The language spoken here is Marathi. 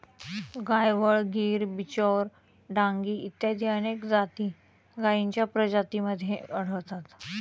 गायवळ, गीर, बिचौर, डांगी इत्यादी अनेक जाती गायींच्या प्रजातींमध्ये आढळतात